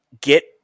get